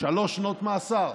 שלוש שנות מאסר.